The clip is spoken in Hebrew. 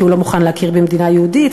כי הוא לא מוכן להכיר במדינה יהודית,